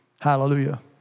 Hallelujah